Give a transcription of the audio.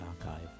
Archive